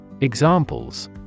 Examples